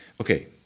Okay